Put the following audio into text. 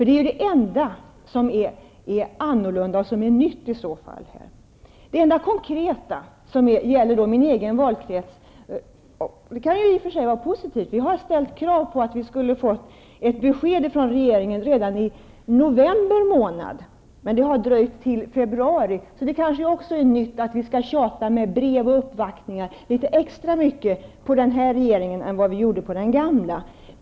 Det är det enda som är annorlunda och nytt. Det enda konkreta gäller min egen valkrets. Det är i och för sig positivt. Vi hade ställt krav på att få besked från regeringen redan i november månad. Men det dröjde till februari. Det är kanske också nytt att vi skall behöva tjata litet extra mycket på den här regeringen med brev och uppvaktningar än vad vi behövde göra med den gamla.